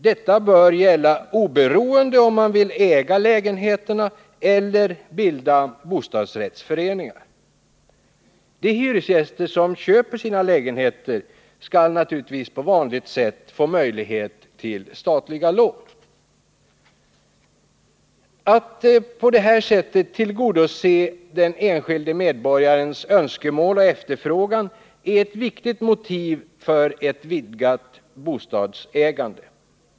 Detta bör gälla oberoende om man vill äga lägenheterna eller bilda bostadsrättsföreningar. De hyresgäster som köper sina lägenheter skall på vanligt sätt kunna få statliga lån. Att på detta sätt tillgodose den enskilde medborgarens önskemål och efterfrågan är ett viktigt motiv för ett vidgat bostadsägande.